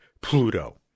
Pluto